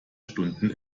stunden